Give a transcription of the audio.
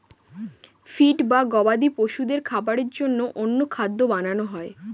feed বা গবাদি পশুদের খাবারের জন্য অন্য খাদ্য বানানো হয়